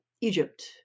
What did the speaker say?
Egypt